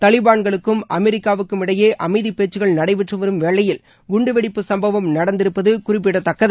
தாலிபான்களுக்கும் அமெரிக்காவுக்கும் இடையே அமைதி பேச்சுக்கள் நடைபெற்று வரும் வேளையில் குண்டு வெடிப்பு சம்பவம் நடந்திருப்பது குறிப்பிடத்தக்கது